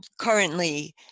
currently